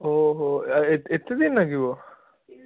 ଓହୋ ଏତେ ଦିନ ଲାଗିବ